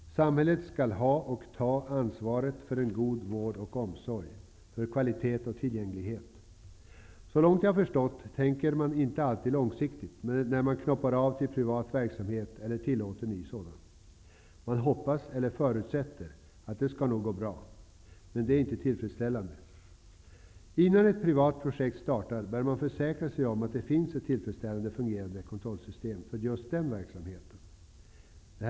Samhället skall både ha och ta ansvaret för en god vård och omsorg, för kvalitet och tillgänglighet. Såvitt jag förstår tänker man inte alltid långsiktigt när man ''knoppar av'' till privat verksamhet eller tillåter ny sådan. Man hoppas, eller förutsätter, att det skall gå bra. Men det är inte tillfredsställande. Innan ett privat projekt startas bör man försäkra sig om att det finns ett tillfredsställande fungerande kontrollsystem för just den verksamheten.